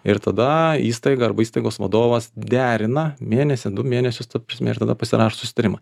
ir tada įstaiga arba įstaigos vadovas derina mėnesį du mėnesius ta prasme ir tada pasirašo susitarimą